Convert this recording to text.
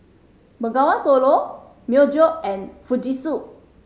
Bengawan Solo Myojo and Fujitsu